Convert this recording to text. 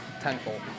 tenfold